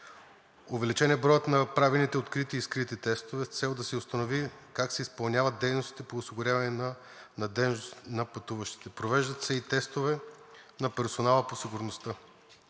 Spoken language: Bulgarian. Увеличен е броят на правените открити и скрити тестове с цел да се установи как се изпълняват дейностите по осигуряване на надеждност на пътуващите, провеждат се и тестове на персонала по сигурността.